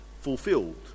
fulfilled